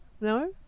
No